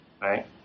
right